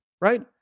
right